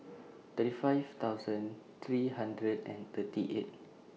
thirty five thousand three hundred and thirty eight